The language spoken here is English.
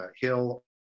Hill